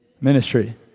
ministry